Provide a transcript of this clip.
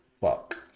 fuck